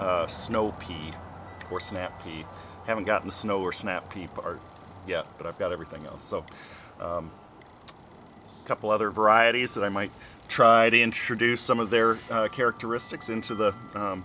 snow peas or snap we haven't gotten snow or snappy part yet but i've got everything else so a couple other varieties that i might try to introduce some of their characteristics into the